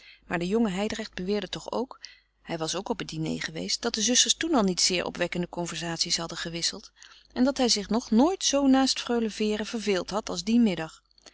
maar de jonge hijdrecht beweerde toch ook hij was ook op het diner geweest dat de zusters toen al niet zeer opwekkende conversaties hadden gewisseld en dat hij zich nog nooit zoo naast freule vere verveeld had als dien middag